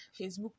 Facebook